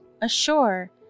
ashore